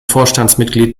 vorstandsmitglied